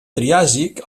triàsic